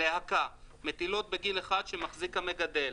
"להקה" מטילות בגיל אחד שמחזיק מגדל,